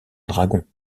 dragon